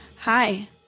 Hi